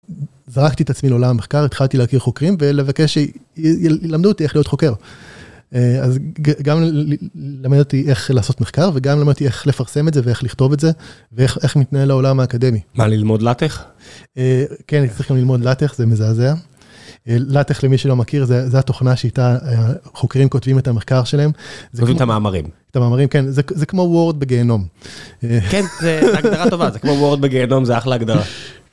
זרקתי את עצמי לעולם המחקר התחלתי להכיר חוקרים ולבקש שילמדו אותי איך להיות חוקר, אז גם לימד אותי איך לעשות מחקר וגם למדתי איך לפרסם את זה ואיך לכתוב את זה ואיך מתנהל העולם האקדמי. מה ללמוד לטח? כן צריכים ללמוד לטח זה מזעזע, לטח למי שלא מכיר זה התוכנה שאיתה חוקרים כותבים את המחקר שלהם. את המאמרים, את המאמרים כן זה כמו וורד בגיהנום. כן, זה הגדרה טובה, זה כמו וורד בגיהנום זה אחלה הגדרה.